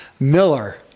Miller